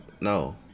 No